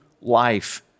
life